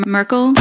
Merkel